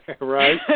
Right